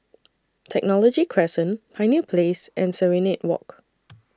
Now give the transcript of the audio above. Technology Crescent Pioneer Place and Serenade Walk